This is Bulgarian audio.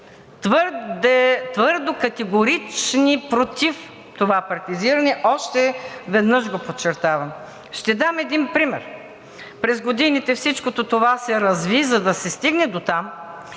твърдо категорични против това партизиране, още веднъж го подчертавам. Ще дам един пример. През годините всичкото това се разви, за да се стигне дотам,